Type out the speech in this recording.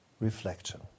reflection